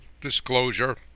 disclosure